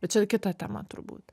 bet čia kita tema turbūt